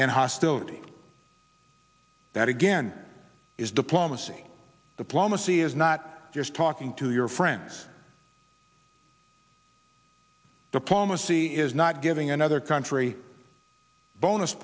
and hostility that again is diplomacy diplomacy is not just talking to your friends diplomacy is not giving another country bonus